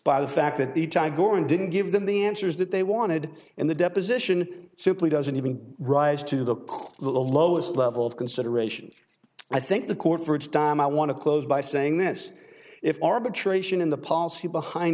by the fact that the time goren didn't give them the answers that they wanted and the deposition simply doesn't even rise to the lowest level of consideration i think the court for its dom i want to close by saying this if arbitration in the policy behind